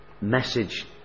message